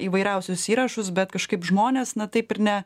įvairiausius įrašus bet kažkaip žmonės na taip ir ne